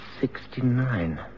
Sixty-nine